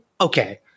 Okay